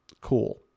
Cool